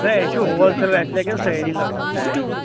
ہسا اسہِ چھُ ہول سیل اَسہِ لَگَن سٲرِی لَگ بَگ سارِوٕے منٛز